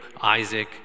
Isaac